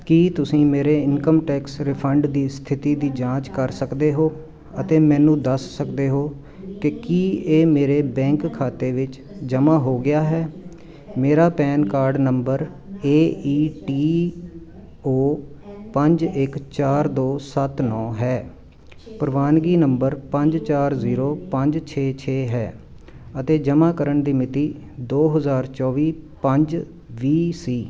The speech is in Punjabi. ਕੀ ਤੁਸੀਂ ਮੇਰੇ ਇਨਕਮ ਟੈਕਸ ਰਿਫੰਡ ਦੀ ਸਥਿਤੀ ਦੀ ਜਾਂਚ ਕਰ ਸਕਦੇ ਹੋ ਅਤੇ ਮੈਨੂੰ ਦੱਸ ਸਕਦੇ ਹੋ ਕਿ ਕੀ ਇਹ ਮੇਰੇ ਬੈਂਕ ਖਾਤੇ ਵਿੱਚ ਜਮ੍ਹਾਂ ਹੋ ਗਿਆ ਹੈ ਮੇਰਾ PAN card number A E T O ਪੰਜ ਇੱਕ ਚਾਰ ਦੋ ਸੱਤ ਨੌਂ ਹੈ ਪ੍ਰਵਾਨਗੀ ਨੰਬਰ ਪੰਜ ਚਾਰ ਜ਼ੀਰੋ ਪੰਜ ਛੇ ਛੇ ਹੈ ਅਤੇ ਜਮ੍ਹਾਂ ਕਰਨ ਦੀ ਮਿਤੀ ਦੋ ਹਜ਼ਾਰ ਚੌਵੀ ਪੰਜ ਵੀਹ ਸੀ